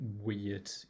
weird